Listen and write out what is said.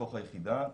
בתוך היחידה,